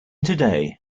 today